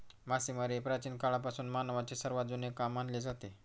मासेमारी हे प्राचीन काळापासून मानवाचे सर्वात जुने काम मानले जाते